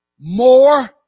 more